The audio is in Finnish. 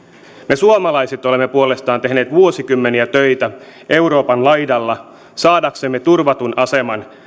me suomalaiset olemme puolestamme tehneet vuosikymmeniä töitä euroopan laidalla saadaksemme turvatun aseman